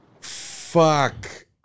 Fuck